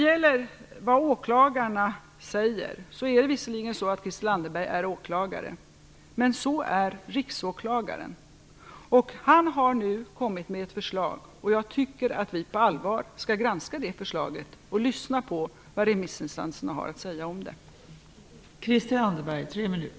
Visserligen är Christel Anderberg åklagare, men så är även riksåklagaren. Han har nu kommit med ett förslag, och jag tycker att vi på allvar skall granska det förslaget och lyssna på vad remissinstanserna har att säga om det.